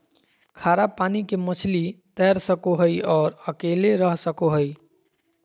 खारा पानी के मछली तैर सको हइ और अकेले रह सको हइ